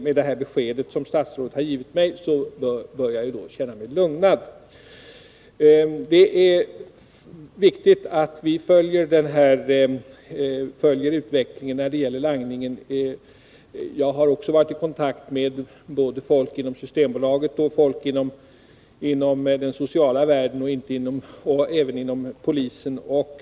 Med det besked som statsrådet nu har givit mig bör jag kunna känna mig lugnad. Det är viktigt att vi följer utvecklingen när det gäller langningen. Också jag har varit i kontakt med folk inom Systembolaget, den sociala världen och även polisen.